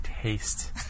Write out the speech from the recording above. taste